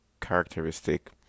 characteristic